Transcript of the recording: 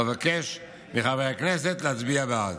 ואבקש מחברי הכנסת להצביע בעד.